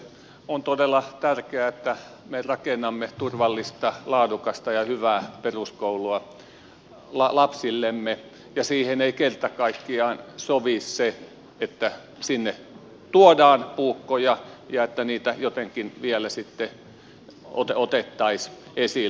on todella tärkeää että me rakennamme turvallista laadukasta ja hyvää peruskoulua lapsillemme ja siihen ei kerta kaikkiaan sovi se että sinne tuodaan puukkoja ja että niitä jotenkin vielä sitten otettaisiin esille